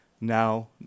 now